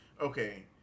okay